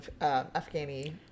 Afghani